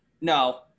No